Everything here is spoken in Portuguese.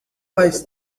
mais